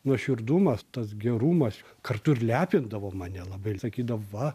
nuoširdumas tas gerumas kartu ir lepindavo mane labai sakydavo va